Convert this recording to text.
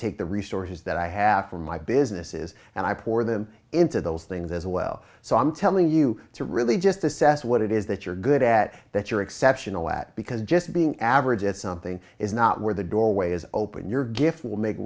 take the resources that i have for my businesses and i pour them into those things as well so i'm telling you to really just assess what it is that you're good at that you're exceptional at because just being average at something is not where the doorway is open your gift will make